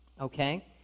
Okay